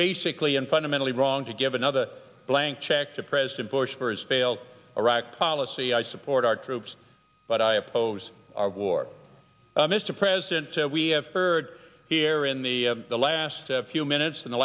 basically and fundamentally wrong to give another blank check to president bush for his failed iraq policy i support our troops but i oppose our war mr president so we have heard here in the last few minutes in the